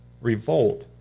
revolt